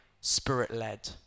Spirit-led